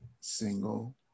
single